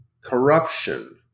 corruption